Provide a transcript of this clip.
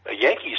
Yankees